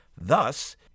Thus